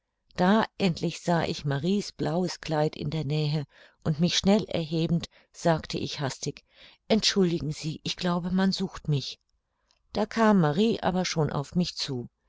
da endlich sah ich marie's blaues kleid in der nähe und mich schnell erhebend sagte ich hastig entschuldigen sie ich glaube man sucht mich da kam marie aber schon auf mich zu